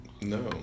No